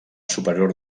superior